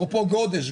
אפרופו גודש,